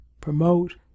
promote